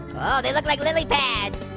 oh they look like lily pads.